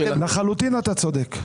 לחלוטין אתה צודק.